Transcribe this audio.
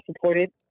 supported